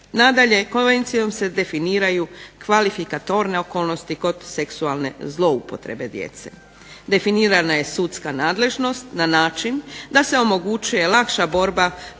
Nadalje, konvencijom se definiraju kvalifikatorne okolnosti kod seksualne zloupotrebe djece. Definirana je sudska nadležnost na način da se omogućuje lakša borba